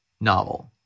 novel